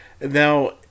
now